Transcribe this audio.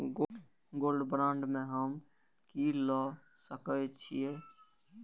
Gold bond में हम की ल सकै छियै?